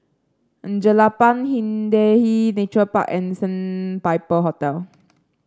Jelapang Hindhede Nature Park and Sandpiper Hotel